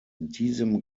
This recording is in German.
diesem